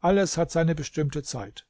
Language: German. alles hat seine bestimmte zeit